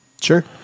Sure